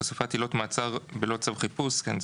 הוספת עילות מעצר בלא צו חיפוש הוראת שעה כן,